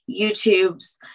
YouTubes